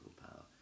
power